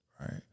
right